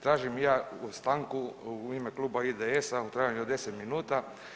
Tražim i ja stanku u ime kluba IDS-a u trajanju od 10 minuta.